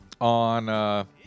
on